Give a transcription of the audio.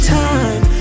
time